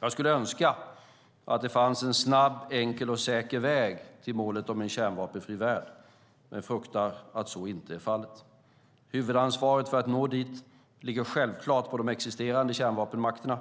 Jag skulle önska att det fanns en snabb, enkel och säker väg till målet om en kärnvapenfri värld, men jag fruktar att så inte är fallet. Huvudansvaret för att nå dit ligger självklart på de existerande kärnvapenmakterna,